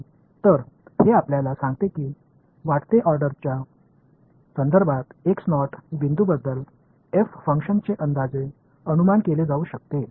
எனவே இது ஒரு செயல்பாடு f ஐ அதிகரிக்கும் ஆர்டர்களின் அடிப்படையில் ஒரு புள்ளியைப் பற்றி தோராயமாக மதிப்பிட முடியும் என்று உங்களுக்கு சொல்கிறது